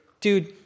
Dude